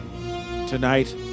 Tonight